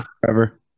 forever